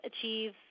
achieve